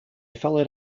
followed